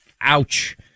Ouch